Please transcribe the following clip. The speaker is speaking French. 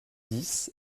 dix